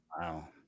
wow